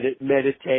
meditate